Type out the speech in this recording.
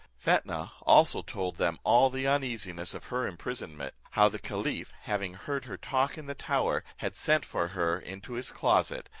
fetnah also told them all the uneasiness of her imprisonment, how the caliph, having heard her talk in the tower, had sent for her into his closet,